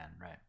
right